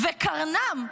וקרנם,